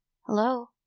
hello